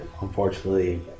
unfortunately